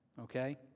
Okay